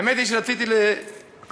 האמת היא שרציתי לוותר,